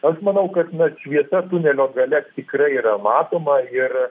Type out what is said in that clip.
aš manau kad net šviesa tunelio gale tikrai yra matoma ir